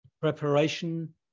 preparation